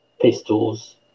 pistols